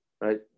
right